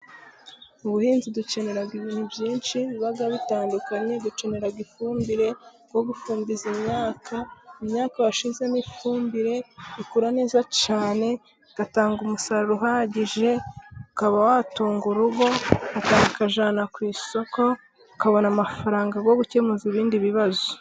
Mu buhinzi dukenera ibintu byinshi biba bitandukanye, dukenera ifumbire yo gufumbiza imyaka, mu myaka washyizemo ifumbire ikura neza cyane, igatanga umusaruro uhagije ukaba watunga urugo uka kajyana ku isoko, ukabona amafaranga yo gukemuza ibindi bibazo.